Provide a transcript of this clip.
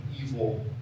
evil